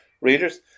readers